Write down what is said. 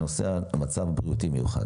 זכות בסיסית שלכאורה תצטרך להידון בוועדת חוקה.